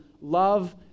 love